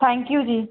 thank you ਜੀ